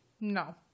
No